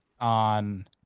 on